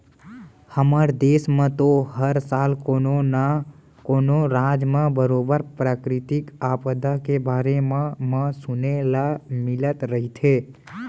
हमर देस म तो हर साल कोनो न कोनो राज म बरोबर प्राकृतिक आपदा के बारे म म सुने ल मिलत रहिथे